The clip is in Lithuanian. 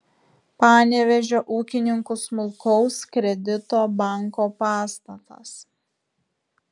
panevėžio ūkininkų smulkaus kredito banko pastatas